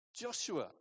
Joshua